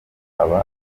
aba